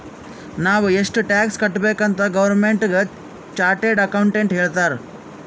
ನಾವ್ ಎಷ್ಟ ಟ್ಯಾಕ್ಸ್ ಕಟ್ಬೇಕ್ ಅಂತ್ ಗೌರ್ಮೆಂಟ್ಗ ಚಾರ್ಟೆಡ್ ಅಕೌಂಟೆಂಟ್ ಹೇಳ್ತಾರ್